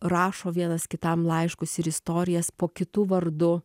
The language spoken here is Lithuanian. rašo vienas kitam laiškus ir istorijas po kitu vardu